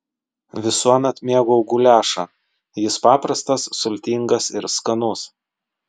visuomet mėgau guliašą jis paprastas sultingas ir skanus